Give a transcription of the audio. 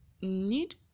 need